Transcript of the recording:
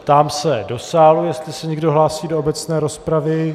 Ptám se do sálu, jestli se někdo hlásí do obecné rozpravy.